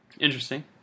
Interesting